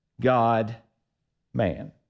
God-man